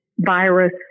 virus